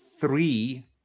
three